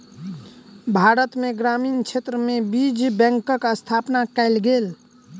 भारत में ग्रामीण क्षेत्र में बीज बैंकक स्थापना कयल गेल